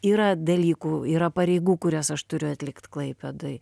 yra dalykų yra pareigų kurias aš turiu atlikt klaipėdoj